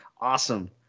awesome